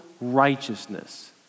righteousness